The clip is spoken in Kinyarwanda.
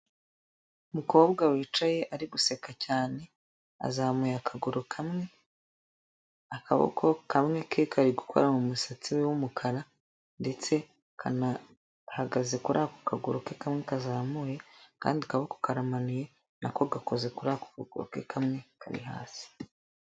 Umukobwa wicaye ari guseka cyane azamuye akaguru kamwe akaboko kamwe ke kari gukora mu musatsi we w'umukara ndetse akanahagaze kuri ako kaguru ke kamwe kazamuye akandi kaboko karamanuye na ko gakoze kuri ako kuguru ke kamwe kari hasi.